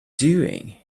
doing